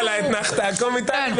תודה על האתנחתא הקומית, טלי.